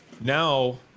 Now